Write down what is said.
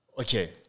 Okay